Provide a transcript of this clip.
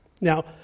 Now